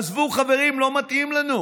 עזבו, חברים, לא מתאים לנו.